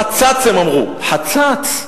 חצץ, הם אמרו, חצץ.